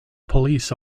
police